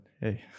hey